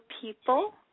people